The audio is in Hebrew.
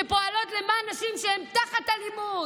שפועלות למען נשים שהן תחת אלימות,